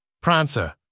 Prancer